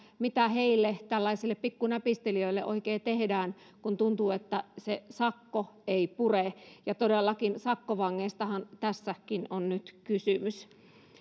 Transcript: mitä tällaisille pikkunäpistelijöille oikein tehdään kun tuntuu että se sakko ei pure ja todellakin sakkovangeistahan tässäkin on nyt kysymys